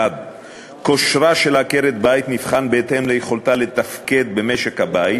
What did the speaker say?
1. כושרה של עקרת-בית נבחן בהתאם ליכולתה לתפקד במשק הבית,